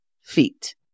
feet